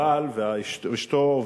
הבעל ואשתו,